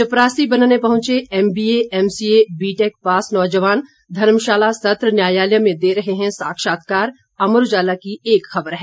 चपरासी बनने पहुंचे एमबीए एमसीए बीटेक पास नौजवान धर्मशाला सत्र न्यायालय में दे रहे हैं साक्षात्कार अमर उजाला की एक खबर है